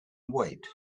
wait